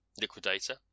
liquidator